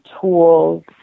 tools